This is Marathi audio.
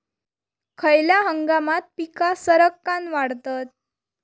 खयल्या हंगामात पीका सरक्कान वाढतत?